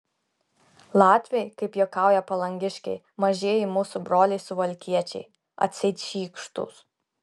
latviai kaip juokauja palangiškiai mažieji mūsų broliai suvalkiečiai atseit šykštūs